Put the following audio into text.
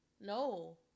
No